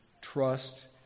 trust